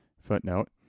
footnote